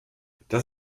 das